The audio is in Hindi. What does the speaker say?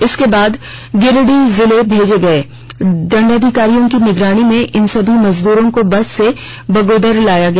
इसके बाद गिरिडीह जिले भेजे गए दंडाधिकारियों की निगरानी में इन सभी मजदूरों को बस से बगोदर लाया गया